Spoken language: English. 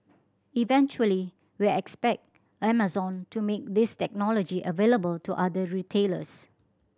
eventually we expect Amazon to make this technology available to other retailers